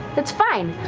that's fine.